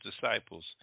disciples